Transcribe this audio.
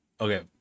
Okay